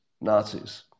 Nazis